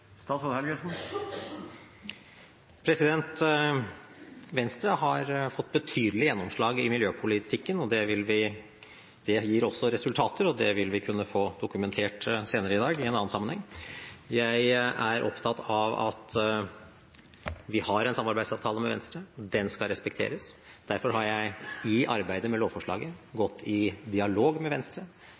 Venstre har fått betydelig gjennomslag i miljøpolitikken. Det gir også resultater, og det vil vi kunne få dokumentert senere i dag i en annen sammenheng. Jeg er opptatt av at vi har en samarbeidsavtale med Venstre. Den skal respekteres. Derfor har jeg i arbeidet med lovforslaget gått i dialog med Venstre.